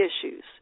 issues